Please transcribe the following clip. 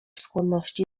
skłonność